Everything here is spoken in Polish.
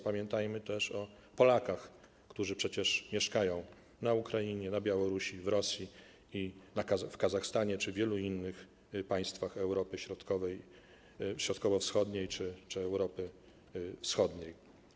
Pamiętajmy też o Polakach, którzy przecież mieszkają w Ukrainie, na Białorusi, w Rosji i w Kazachstanie czy wielu innych państwach Europy Środkowo-Wschodniej czy Europy Wschodniej.